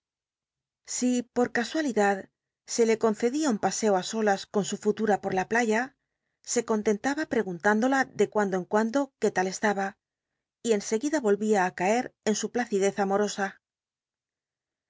si por casualidad se le concedía un paseo solas con su futum por la playa se contentaba pregtmtándola de cuando en cuando qué tal estaba y en seguida ohia á caer en su placidez nmorosa